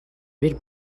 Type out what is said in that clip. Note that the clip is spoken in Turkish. bir